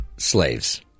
slaves